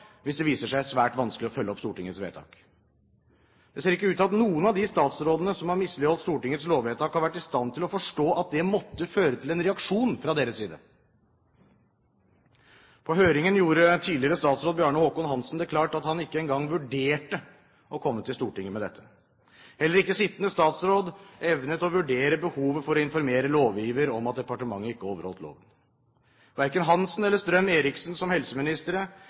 hvis det viser seg svært vanskelig å følge opp Stortingets vedtak. Det ser ikke ut til at noen av de statsrådene som har misligholdt Stortingets lovvedtak, har vært i stand til å forstå at det måtte føre til en reaksjon fra deres side. Under høringen gjorde tidligere statsråd Bjarne Håkon Hanssen det klart at han ikke engang vurderte å komme til Stortinget med dette. Heller ikke sittende statsråd evnet å vurdere behovet for å informere lovgiver om at departementet ikke overholdt loven. Verken Hanssen eller Strøm-Erichsen – som